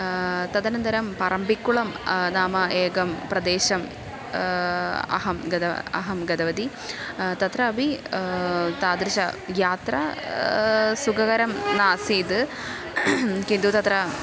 तदनन्तरं पारम्बिक्कुळं नाम एकं प्रदेशं अहं गतं अहं गतवती तत्र अपि तादृश यात्रा सुखकरं न आसीत् किन्तु तत्र